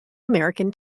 american